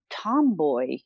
tomboy